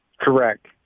Correct